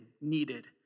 needed